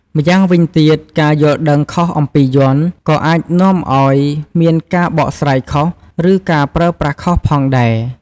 ម្យ៉ាងវិញទៀត ការយល់ដឹងខុសអំពីយ័ន្ត ក៏អាចនាំឱ្យមានការបកស្រាយខុស ឬការប្រើប្រាស់ខុសផងដែរ។